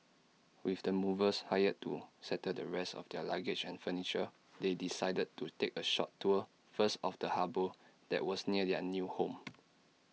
with the movers hired to settle the rest of their luggage and furniture they decided to take A short tour first of the harbour that was near their new home